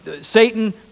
Satan